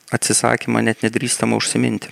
atsisakymą net nedrįstama užsiminti